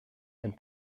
and